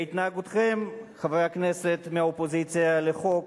בהתנהגותכם, חברי הכנסת מהאופוזיציה, לחוק,